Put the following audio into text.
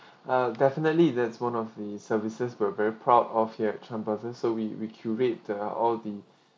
uh definitely that's one of the services we're very proud of here in chan person so we we create the all the